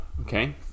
Okay